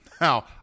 Now